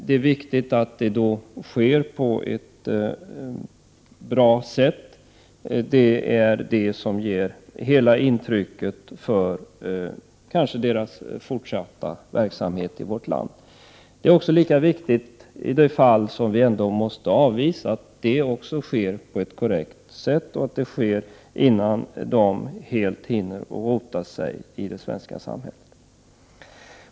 Det är viktigt att det hela sker på ett riktigt sätt, eftersom de första intrycken kanske blir bestående under den fortsatta verksamheten i vårt land. Då vi måste avvisa någon är det också viktigt att avvisandet sker på ett korrekt sätt och innan vederbörande helt har hunnit rota sig i det svenska samhället.